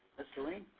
esterline.